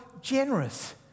generous